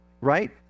right